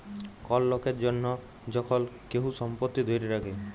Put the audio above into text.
call লকের জনহ যখল কেহু সম্পত্তি ধ্যরে রাখে